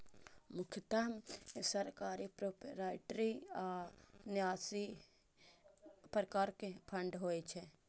मुख्यतः सरकारी, प्रोपराइटरी आ न्यासी प्रकारक फंड होइ छै